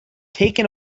taken